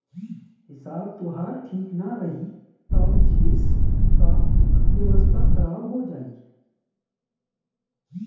हिसाब तोहार ठीक नाइ रही तअ बिजनेस कअ अर्थव्यवस्था खराब हो जाई